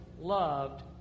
loved